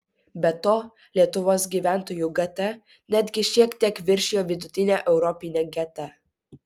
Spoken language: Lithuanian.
be to lietuvos gyventojų gt netgi šiek tiek viršijo vidutinę europinę gt